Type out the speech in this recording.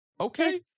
okay